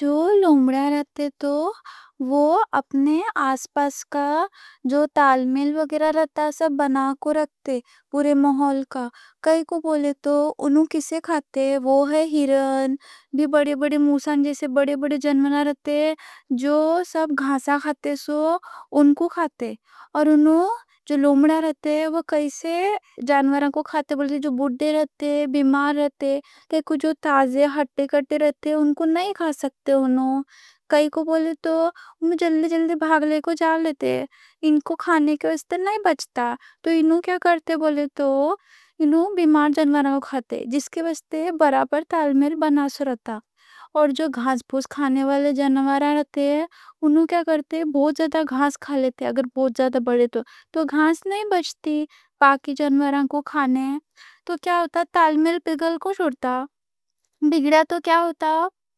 جو لومڑا رہتا تو وہ اپنے آس پاس کا جو تال میل وغیرہ رہتا سب بنا کے رکھتا۔ پورے ماحول کا، کائیں کوں بولے تو، انہوں کِسّے کھاتے؟ وہ ہے ہِرن، اور بڑے بڑے موسان جیسے بڑے بڑے جانوراں رہتا، جو سب گھانسہ کھاتے، سو اِن کوں کھاتا۔ اور جو لومڑا رہتا، وہ کائیں سے جانوراں کوں کھاتا؟ جو بُڈّے رہتا، بیمار رہتا؛ کیا کوں جو تازے ہٹے گھٹے رہتا ان کوں نہیں کھا سکتا۔ نہیں بچتا تو انہوں کیا کرتے بولے تو، انہوں بیمار جانوراں کوں کھاتے، جس سے برابر تال میل بنّا آتا۔ اور جو گھانس پو کھانے والے جانوراں رہتا، انہوں کیا کرتے؟ بہت زیادہ گھانس کھا لیتے؛ اگر بہت بڑے تو گھانس نہیں بچتی باقی جانوراں کوں کھانے۔ تو کیا ہوتا؟ تال میل بگڑتا، تو کیا ہوتا؟